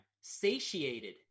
satiated